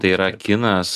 tai yra kinas